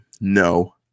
No